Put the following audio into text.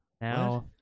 now